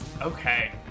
Okay